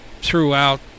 throughout